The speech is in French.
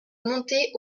montait